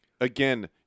again